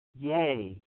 yay